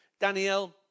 Danielle